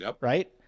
right